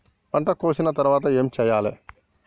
పంట కోసిన తర్వాత ఏం చెయ్యాలి?